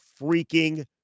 freaking